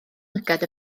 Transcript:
lygad